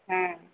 हँ